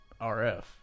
RF